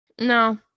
no